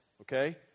okay